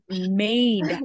made